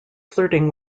flirting